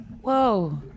Whoa